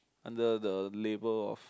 under the labour of